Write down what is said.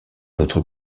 autre